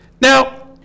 Now